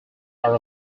are